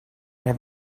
have